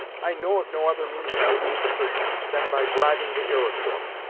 i know of no other means to release the prisoners, than by bribing the iroquois.